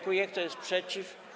Kto jest przeciw?